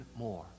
more